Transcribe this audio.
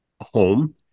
home